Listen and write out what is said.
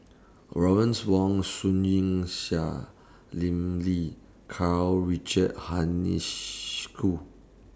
Lawrence Wong Shyun Tsai Lim Lee Karl Richard